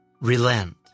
relent